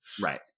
Right